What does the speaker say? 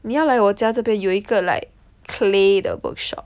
你要来我家这边有一个 like clay 的 workshop